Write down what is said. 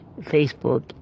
Facebook